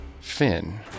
Finn